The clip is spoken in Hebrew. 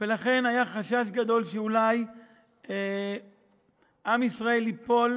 לכן היה חשש גדול שאולי עם ישראל ייפול